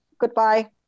Goodbye